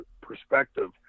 perspective